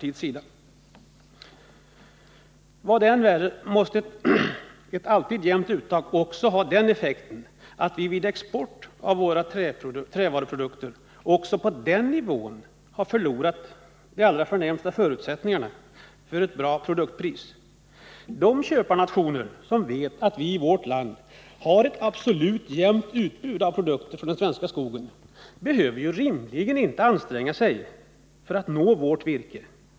Det som är än värre är att ett alltid jämnt uttag måste få den effekten att vi också vid export av våra trävaruprodukter har förlorat de bästa förutsättningarna för ett bra produktpris. De köparnationer som vet att Sverige har ett absolut jämnt utbud av produkter från den svenska skogen behöver rimligen inte anstränga sig för att få vårt virke.